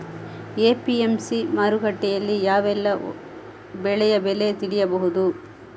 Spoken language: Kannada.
ಎ.ಪಿ.ಎಂ.ಸಿ ಮಾರುಕಟ್ಟೆಯಲ್ಲಿ ಯಾವೆಲ್ಲಾ ಬೆಳೆಯ ಬೆಲೆ ತಿಳಿಬಹುದು?